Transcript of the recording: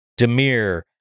Demir